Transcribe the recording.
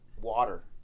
water